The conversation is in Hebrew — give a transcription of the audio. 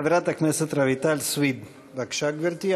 חברת הכנסת רויטל סויד, בבקשה, גברתי.